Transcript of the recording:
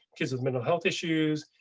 kids with mental health issues.